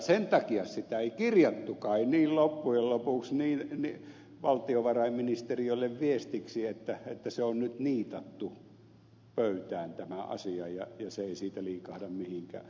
sen takia sitä ei kirjattukaan loppujen lopuksi valtiovarainministeriölle viestiksi että tämä asia on nyt niitattu pöytään ja se ei siitä liikahda mihinkään